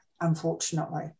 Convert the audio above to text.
unfortunately